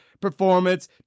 Performance